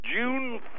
June